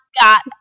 got